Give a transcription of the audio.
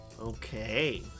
Okay